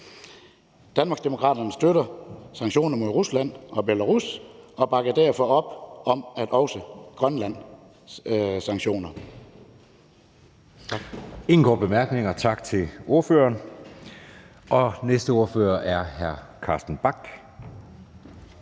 Danmarksdemokraterne støtter sanktionerne mod Rusland og Belarus og bakker derfor også op om Grønlands sanktioner.